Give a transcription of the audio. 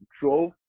drove